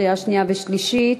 קריאה שנייה וקריאה שלישית.